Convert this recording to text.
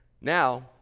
Now